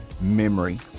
memory